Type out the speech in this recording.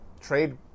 trade